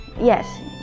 Yes